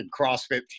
CrossFit